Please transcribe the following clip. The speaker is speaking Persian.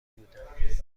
بودم